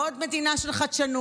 לא עוד מדינה של חדשנות,